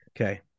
Okay